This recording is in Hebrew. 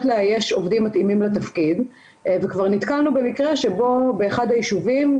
לאייש עובדים מתאימים לתפקיד וכבר נתקלנו במקרה שבו באחד היישובים,